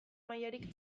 mailarik